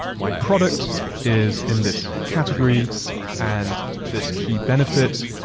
my product is in this category and this key benefit,